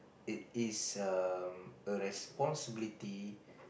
it is um a responsibility